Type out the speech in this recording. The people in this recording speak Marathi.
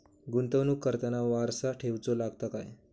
गुंतवणूक करताना वारसा ठेवचो लागता काय?